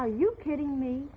are you kidding me